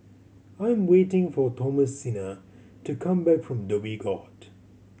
I'm waiting for Thomasina to come back from Dhoby Ghaut